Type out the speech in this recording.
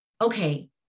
okay